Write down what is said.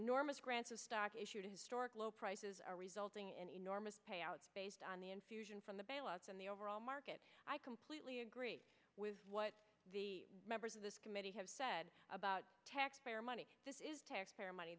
enormous grants of stock issued historic low prices are resulting in enormous payouts based on the infusion from the bailouts and the overall market i completely agree with what the members of this committee have said about taxpayer money this is taxpayer money